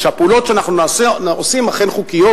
ושהפעולות שאנחנו עושים אכן חוקיות.